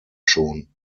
schon